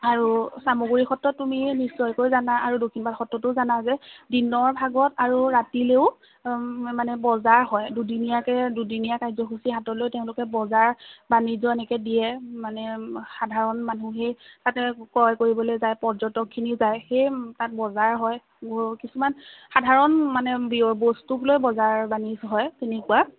আৰু চামগুৰি সত্ৰত তুমি নিশ্চয়কৈ জানা আৰু দক্ষিণপাট সত্ৰতো জানা যে দিনৰ ভাগত আৰু ৰাতিলৈও মানে বজাৰ হয় দুদিনীয়াকৈ দুদিনীয়া কাৰ্যসূচী হাতত লৈ তেওঁলোকে বজাৰ বাণিজ্য এনেকৈ দিয়ে মানে সাধাৰণ মানুহেই তাতে ক্ৰয় কৰিবলৈ যায় পৰ্যটকখিনি যায় সেই তাত বজাৰ হয় কিছুমান সাধাৰণ মানে বয় বস্তুক লৈ বজাৰ বাণিজ্য হয় তেনেকুৱা